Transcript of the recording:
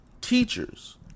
teachers